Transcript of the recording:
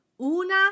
una